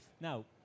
now